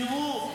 תראו,